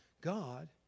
God